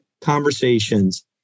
conversations